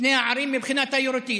שתי הערים מבחינה תיירותית.